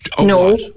No